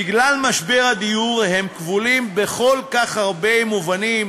בגלל משבר הדיור הם כבולים בכל כך הרבה מובנים